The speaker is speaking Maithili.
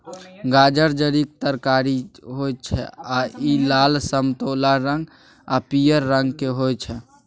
गाजर जड़िक तरकारी होइ छै आ इ लाल, समतोला रंग आ पीयर रंगक होइ छै